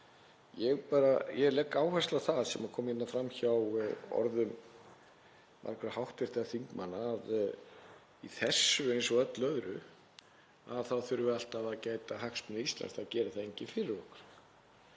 Ég legg áherslu á það sem kom hérna fram í orðum margra hv. þingmanna að í þessu eins og öllu öðru þá þurfum við alltaf að gæta hagsmuna Íslands. Það gerir það enginn fyrir okkur.